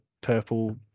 purple